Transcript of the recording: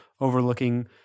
overlooking